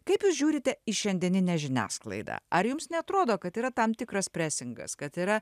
kaip jūs žiūrite į šiandieninę žiniasklaidą ar jums neatrodo kad yra tam tikras presingas kad yra